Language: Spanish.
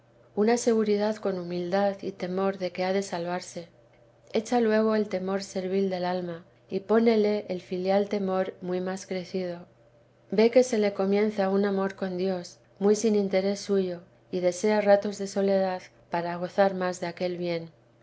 una seguridad con humildad y temor de que ha de salvarse echa luego el temor servil del alma y pónele el filial temor muy más crecido ve que se le comienza un amor con dios muy sin interés suyo y desea ratos de soledad para gozar más de aquel bien